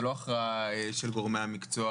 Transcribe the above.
זו לא הכרעה של גורמי המקצוע,